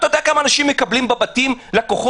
אתה יודע כמה אנשים מקבלים בבתים לקוחות?